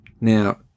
Now